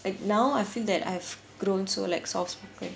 like now I feel that I've grown so like soft spoken